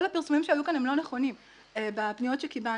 כל הפרסומים שהיו כאן הם לא נכונים בפניות שקיבלנו.